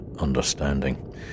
understanding